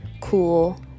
cool